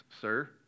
sir